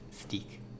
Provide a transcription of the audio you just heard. Steak